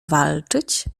walczyć